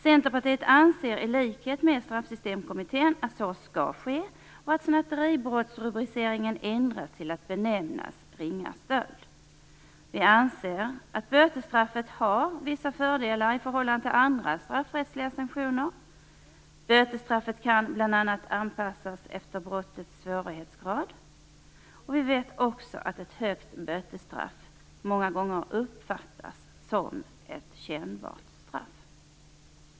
Centerpartiet anser i likhet med Straffsystemkommittén att så skall ske och att rubriceringen snatteribrott ändras till ringa stöld. Vi anser att bötesstraffet har vissa fördelar i förhållande till andra straffrättsliga sanktioner. Bötesstraffet kan bl.a. anpassas efter brottets svårighetsgrad. Vi vet också att ett högt bötesstraff många gånger uppfattas som ett kännbart straff.